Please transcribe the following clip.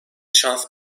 şans